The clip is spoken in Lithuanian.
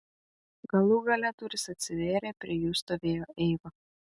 galų gale durys atsivėrė prie jų stovėjo eiva